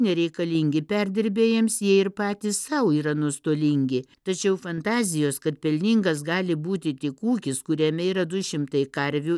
nereikalingi perdirbėjams jie ir patys sau yra nuostolingi tačiau fantazijos kad pelningas gali būti tik ūkis kuriame yra du šimtai karvių